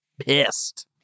pissed